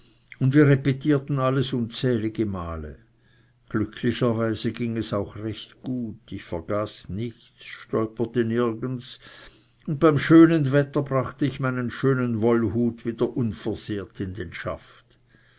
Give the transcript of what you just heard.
und wir repetierten alles unzählige male glücklicherweise ging es auch recht gut ich vergaß nichts stolperte nirgends und beim schönen wetter brachte ich meinen schönen wollhut wieder unversehrt in den schaft